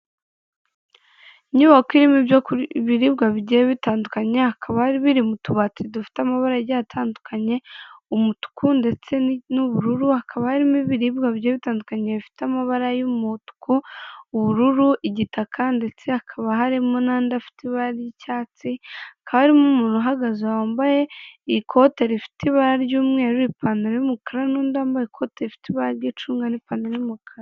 Inyubako irimo ibyo ibiribwa bigiye bitandukanye, hakaba biri mu tubati dufite amabara agiye atandukanye, umutuku ndetse n'ubururu, hakaba harimo ibibiriribwa bigiye bitandukanye bifite amabara y'umutuku, ubururu, igitaka ndetse hakaba harimo n'andi afite ibara ry'icyatsi, hakaba haririmo umuntu uhagaze wambaye ikote rifite ibara ry'umweru, ipantaro'umukara n'undi wambaye ikoti rifite ibaga ry'icunga n'ipantaro y'umukara.